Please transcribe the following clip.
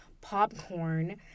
popcorn